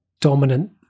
dominant